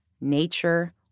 nature